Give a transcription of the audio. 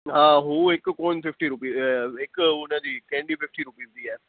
हा हू हिकु कोन फ़िफ़्टी रुपीस हिकु हू उनजी केंडी फ़िफ़्टी रुपीस जी आहे